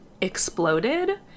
exploded